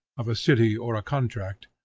of a city or a contract,